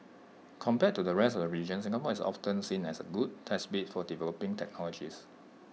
compared to the rest of region Singapore is often seen as A good test bed for developing technologies